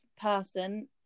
person